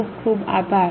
ખુબ ખુબ આભાર